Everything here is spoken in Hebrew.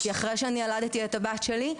אחרי שילדתי את הבת שלי,